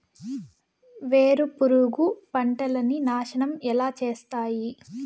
వేరుపురుగు పంటలని నాశనం ఎలా చేస్తాయి?